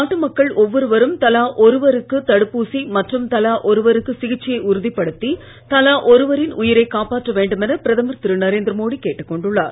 நாட்டு மக்கள் ஒவ்வொருவரும் தலா ஒருவருக்கு தடுப்பூசி மற்றும் தலா ஒருவருக்கு சிகிச்சையை உறுதிப்படுத்தி தலா ஒருவரின் உயிரை காப்பாற்ற வேண்டும் என பிரதமர் திரு நரேந்திர மோடி கேட்டுக் கொண்டுள்ளார்